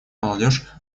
молодежь